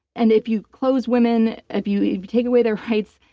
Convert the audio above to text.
and if you close women, if you you take away their rights,